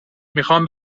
میخام